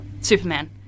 Superman